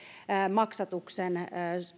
maksatuksen